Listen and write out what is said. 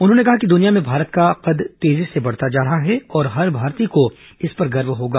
उन्होंने कहा कि दुनिया में भारत का कद तेजी से बढ़ रहा है और हर भारतीय को इस पर गर्व होगा